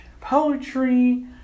Poetry